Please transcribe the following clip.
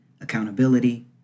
accountability